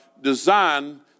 designed